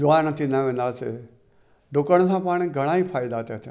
जवान थींदा वेंदासीं डुकण सां पाण घणा ई फ़ाइदा था थियनि